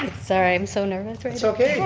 so i'm so nervous right so